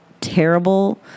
terrible